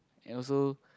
and also